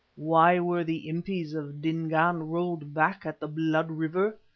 why were the impis of dingaan rolled back at the blood river?